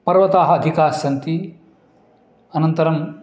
पर्वताः अधिकाः सन्ति अनन्तरं